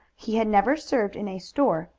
he had never served in a store,